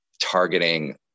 targeting